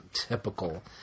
typical